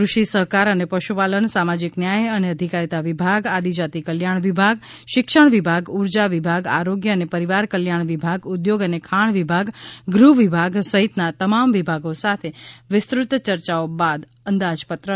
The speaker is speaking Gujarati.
કૃષિ સહકાર અને પશુપાલન સામાજિક ન્યાય અને અધિકારિતા વિભાગ આદિજાતિ કલ્યાણ વિભાગ શિક્ષણ વિભાગ ઉર્જા વિભાગ આરોગ્ય અને પરિવાર કલ્યાણ વિભાગ ઉદ્યોગ અને ખાણ વિભાગ ગૃહ વિભાગ સહિતના તમામ વિભાગો સાથે વિસ્તૃત ચર્ચાઓ બાદ અંદાજપત્રને આખરી ઓપ અપાયો છે